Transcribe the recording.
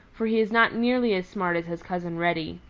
for he is not nearly as smart as his cousin reddy.